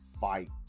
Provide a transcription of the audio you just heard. fight